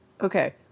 Okay